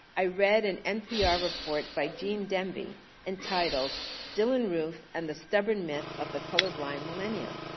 i read an npr report by gene demby entitled dylann roof and the stubborn myth of the colorblind millennial.